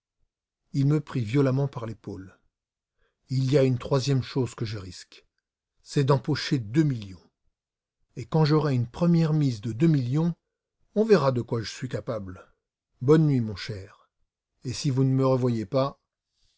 il me prit violemment par l'épaule il y a une troisième chose que je risque c'est d'empocher deux millions et quand j'aurai une première mise de deux millions on verra de quoi je suis capable bonne nuit mon cher et si vous ne me revoyez pas